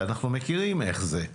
ואנחנו מכירים איך זה.